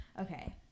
Okay